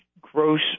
gross